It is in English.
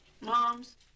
Mom's